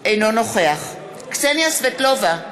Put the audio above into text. אינו נוכח קסניה סבטלובה,